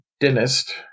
dentist